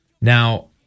Now